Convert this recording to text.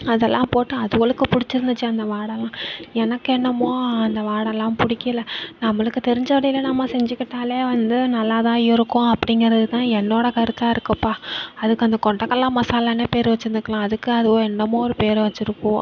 அதல்லாம் போட்டு அதுவோலுக்கு பிடிச்சிருந்துச்சி அந்த வாடைலாம் எனக்கு என்னமோ அந்த வாடைலாம் பிடிக்கல நம்மளுக்கு தெரிஞ்ச வழியில நம்ம செஞ்சுக்கிட்டாலே வந்து நல்லாதான் இருக்கும் அப்படிங்கிறது தான் என்னோட கருத்தாக இருக்குப்பா அதுக்கு அந்த கொண்ட கடல்ல மசாலான்னே பேர் வச்சிருந்துக்கலாம் அதுக்கு அதுவோ என்னமோ ஒரு பேரை வச்சிருக்குவோ